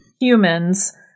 humans